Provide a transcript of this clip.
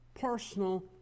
personal